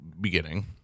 beginning